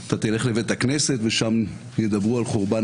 חברים,